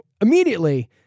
immediately